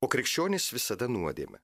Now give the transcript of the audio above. o krikščionys visada nuodėmę